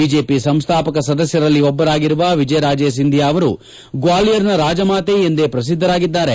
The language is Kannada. ಬಿಜೆಪಿ ಸಂಸ್ವಾಪಕ ಸದಸ್ಯರಲ್ಲಿ ಒಬ್ಬರಾಗಿರುವ ವಿಜಯರಾಜೇ ಸಿಂಧಿಯಾ ಅವರು ಗ್ವಾಲಿಯರ್ನ ರಾಜಮಾತೆ ಎಂದೇ ಪ್ರಸಿದ್ದರಾಗಿದ್ದಾರೆ